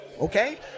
okay